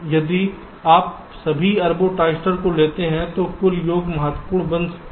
यदि आप सभी अरबों ट्रांजिस्टर को लेते हैं तो कुल योग महत्वपूर्ण बन सकता है